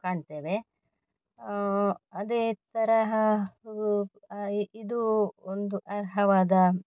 ಕಾಣ್ತೇವೆ ಅದೇ ತರಹ ಉ ಇದು ಒಂದು ಅರ್ಹವಾದ